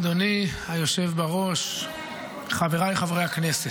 אדוני היושב בראש, חבריי חברי הכנסת,